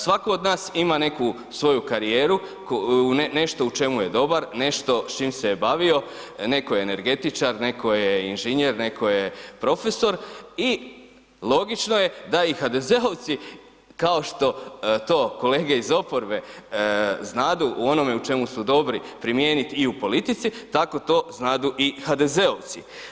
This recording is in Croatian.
Svako od nas ima neku svoju karijeru, nešto u čemu je dobar, nešto s čim se je bavio, netko je energetičar, netko je inženjer, netko je profesor i logično je da i HDZ-ovci kao što to kolege iz oporbe znadu u onom u čemu su dobri primijeniti i u politici, tako to znadu i HDZ-ovci.